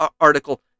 article